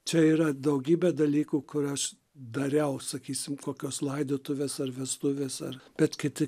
čia yra daugybė dalykų kur aš dariau sakysim kokios laidotuvės ar vestuvės ar bet kiti